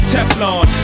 Teflon